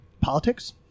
politics